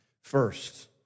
First